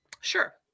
Sure